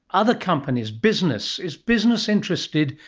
other companies, business, is business interested?